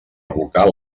abocar